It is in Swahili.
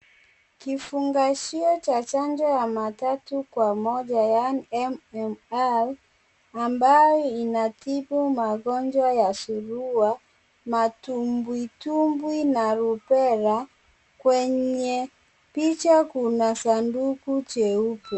Kifungashio cha chanjo ya matatu kwa moja yaani MMR ambayo inatibu magonjwa ya surua, matumbwitumbwi, na Rubella kwenye picha kuna sanduku cheupe.